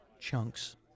Chunks